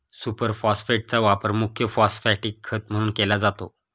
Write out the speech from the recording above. super फॉस्फेटचा वापर मुख्य फॉस्फॅटिक खत म्हणून केला जातो